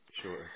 sure